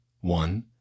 One